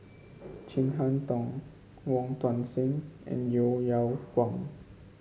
Chin Harn Tong Wong Tuang Seng and Yeo Yeow Kwang